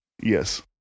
yes